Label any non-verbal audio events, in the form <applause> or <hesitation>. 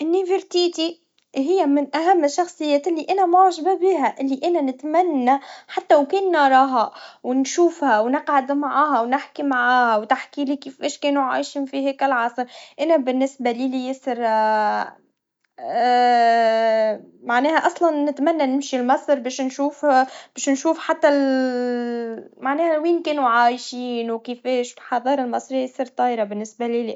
نفرتيتي, هيا من أهم الشخصيات اللي أنا معجبا بيها, اللي أنا نتمنى حتى لو كان نراها, ونشوفها, ونقعدد معاها, ونحكي معها, وتحكيلي كيفاش كانوا عايشين في هيك العصر, أنا بالسبال لي ياسر و <hesitation> معناها أصلا, نتمنى نمشي لمصر, باش نشوف, باش نشوف حتى ال و <hesitation> معناها وين كانوا عايشين وكيفاش الحضارا المصريا, صار طايرا بالنسبا ليلي.